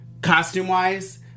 Costume-wise